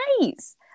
nice